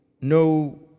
no